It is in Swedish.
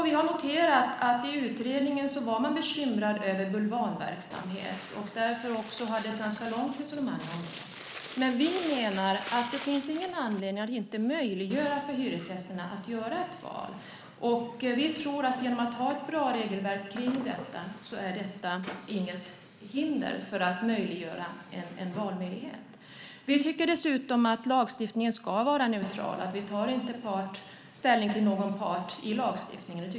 Vi har noterat att man i utredningen var bekymrad över bulvanverksamhet och därför hade ett ganska långt resonemang om det. Men vi menar att det inte finns någon anledning att inte möjliggöra för hyresgästerna att göra ett val. Vi tror att om man har ett bra regelverk kring detta är det inget hinder för att möjliggöra ett val. Vi tycker dessutom att lagstiftningen ska vara neutral, att vi inte tar ställning till någon part i lagstiftningen.